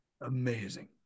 amazing